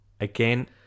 Again